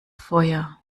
feuer